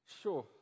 sure